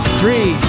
three